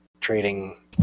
trading